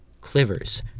clivers